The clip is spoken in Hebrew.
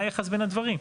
מה היחס בין הדברים?